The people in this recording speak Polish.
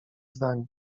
zdań